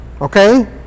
okay